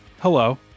Hello